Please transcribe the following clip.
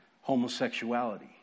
Homosexuality